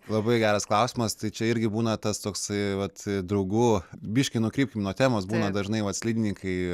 labai geras klausimas tai čia irgi būna tas toksai vat draugu biškį nukrypkim nuo temos būna dažnai vat slidininkai